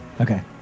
Okay